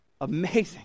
amazing